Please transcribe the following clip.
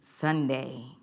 Sunday